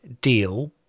deal